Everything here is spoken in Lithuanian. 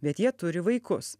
bet jie turi vaikus